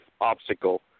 obstacle